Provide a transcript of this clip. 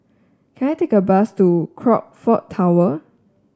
can I take a bus to Crockford Tower